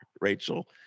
Rachel